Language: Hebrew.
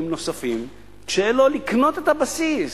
נוספים כשאין לו ממה לקנות את הבסיס,